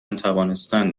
توانستند